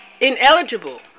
ineligible